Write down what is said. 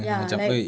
ya like